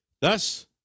Thus